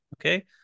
okay